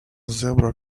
zebra